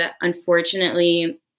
unfortunately